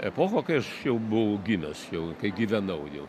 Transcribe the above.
epocha kai aš jau buvo gimęs jau kai gyvenau jau